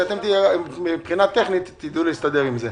ואתם מבחינה טכנית תדעו להסתדר עם זה.